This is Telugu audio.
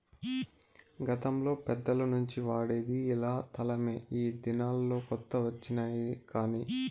గతంలో పెద్దల నుంచి వాడేది ఇలా తలమే ఈ దినాల్లో కొత్త వచ్చినాయి కానీ